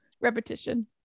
Repetition